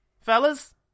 fellas